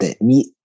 meet